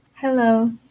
Hello